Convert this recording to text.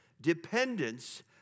dependence